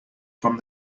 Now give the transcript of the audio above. from